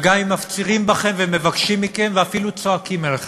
וגם אם מפצירים בכם ומבקשים מכם ואפילו צועקים עליכם.